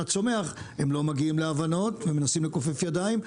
הם לא מגיעים להבנות בעניין הגנת הצומח ומנסים לכופף ידיים,